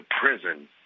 prison